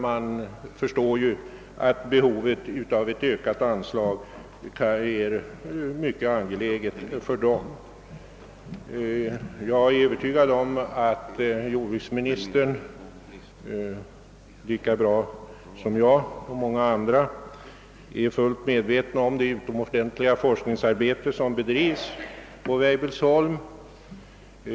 Man förstår därför att behovet av ett ökat anslag är mycket angeläget för anstalten. Jag är övertygad om att jordbruksministern lika väl som jag och många andra är fullt medveten om det utomordentliga forskningsarbete som bedrivs på Weibullsholm.